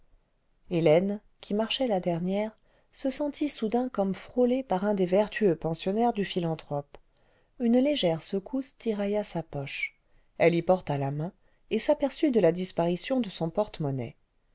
hélène qui marchait la dernière se sentit soudain comme frôlée parmi des vertueux pensionnaires du philanthrope une léger secousse tirailla sa poche elle y porta la main et s'aperçut de la disparition de son porte-monnaie